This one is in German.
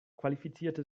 qualifizierte